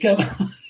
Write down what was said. Come